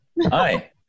Hi